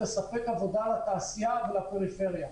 לספק עבודה לתעשייה ולפריפריה.